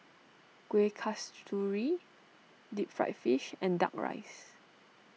Kueh Kasturi Deep Fried Fish and Duck Rice